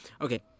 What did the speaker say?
Okay